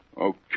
Okay